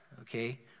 okay